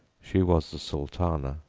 she was the sultana.